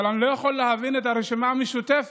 אבל אני לא יכול להבין את הרשימה המשותפת